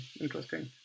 interesting